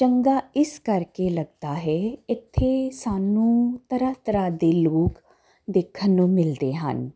ਚੰਗਾ ਇਸ ਕਰਕੇ ਲੱਗਦਾ ਹੈ ਇੱਥੇ ਸਾਨੂੰ ਤਰ੍ਹਾਂ ਤਰ੍ਹਾਂ ਦੇ ਲੋਕ ਦੇਖਣ ਨੂੰ ਮਿਲਦੇ ਹਨ